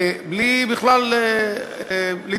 בלי בכלל להתבלבל.